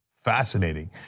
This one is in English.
Fascinating